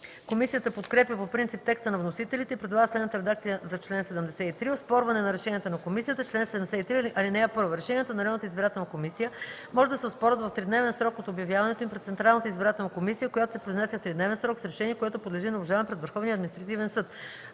Комисията подкрепя по принцип текста на вносителите и предлага следната редакция за чл. 73: „Оспорване на решенията на комисията Чл. 73. (1) Решенията на районната избирателна комисия може да се оспорват в тридневен срок от обявяването им пред Централната избирателна комисия, която се произнася в тридневен срок с решение, което подлежи на обжалване пред Върховния административен съд.